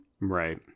Right